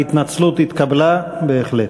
ההתנצלות התקבלה בהחלט.